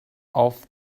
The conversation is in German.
auf